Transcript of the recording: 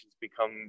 become